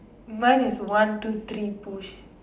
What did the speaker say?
mine is one two three push